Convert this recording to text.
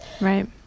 right